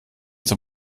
zur